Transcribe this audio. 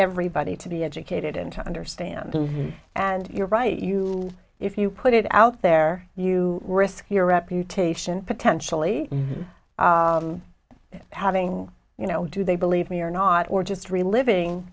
everybody to be educated and to understand and you're right you know if you put it out there you risk your reputation potentially having you know do they believe me or not or just reliving